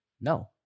No